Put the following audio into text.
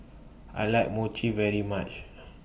I like Mochi very much